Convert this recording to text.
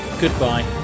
Goodbye